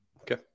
Okay